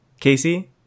Casey